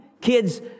Kids